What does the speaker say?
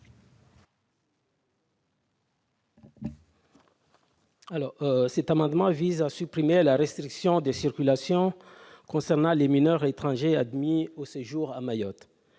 Cet amendement vise à supprimer la restriction de circulation concernant les mineurs étrangers admis au séjour à Mayotte.